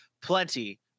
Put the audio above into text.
plenty